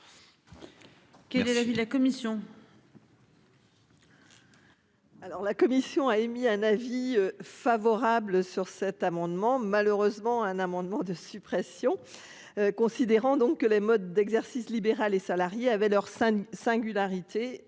Quel est l'avis de la commission.--